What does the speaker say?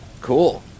Cool